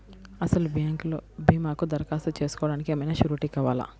అసలు బ్యాంక్లో భీమాకు దరఖాస్తు చేసుకోవడానికి ఏమయినా సూరీటీ కావాలా?